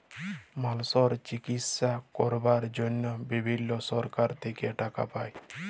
মালসর চিকিশসা ক্যরবার জনহে বিভিল্ল্য সরকার থেক্যে টাকা পায়